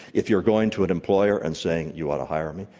if you're going to an employer and saying you ought to hire me.